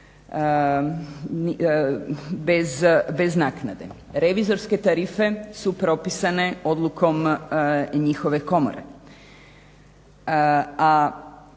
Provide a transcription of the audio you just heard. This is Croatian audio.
bez naknade. Revizorske tarife su propisane odlukom njihove komore.